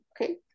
okay